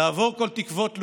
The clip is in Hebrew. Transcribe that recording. / לעבור כל תקוות לאומים,